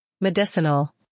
Medicinal